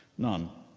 none.